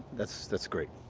that's that's great.